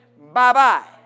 bye-bye